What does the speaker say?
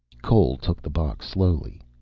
cole took the box slowly.